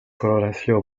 coloració